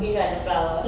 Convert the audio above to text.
which one the flower